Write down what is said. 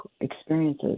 experiences